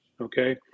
okay